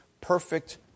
perfect